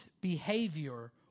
behavior